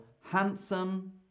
handsome